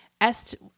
Est